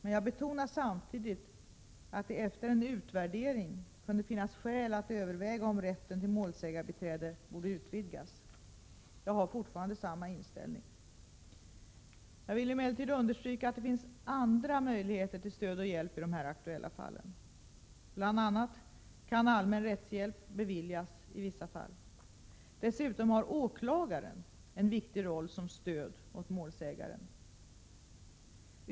Men jag betonade samtidigt att det efter en utvärdering kunde finnas skäl att överväga om rätten till målsägandebiträde borde utvidgas. Jag har fortfarande samma inställning. Jag vill emellertid understryka att det finns andra möjligheter till stöd och hjälp i de aktuella målen. Bl. a. kan allmän rättshjälp beviljas i vissa fall. Dessutom har åklagaren en viktig roll som stöd åt målsäganden.